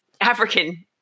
African